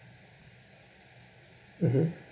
mmhmm